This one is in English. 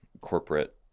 corporate